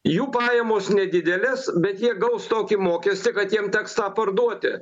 jų pajamos nedidelės bet jie gaus tokį mokestį kad jiem teks tą parduoti